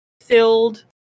filled